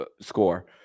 score